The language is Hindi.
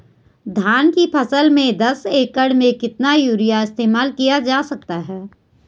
धान की फसल में दस एकड़ में कितना यूरिया इस्तेमाल किया जा सकता है?